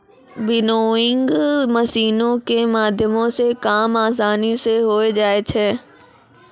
winnowing मशीनो के माध्यमो से काम असानी से होय जाय छै